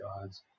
God's